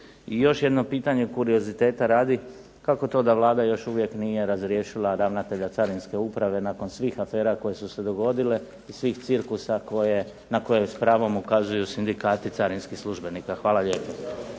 još jedno pitanje kurioziteta radi, kako to da Vlada još uvijek nije razriješila ravnatelja carinske uprave nakon svih afera koje su se dogodile i svih cirkusa na koje s pravom ukazuju sindikati carinskih službenika. Hvala lijepo.